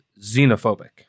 xenophobic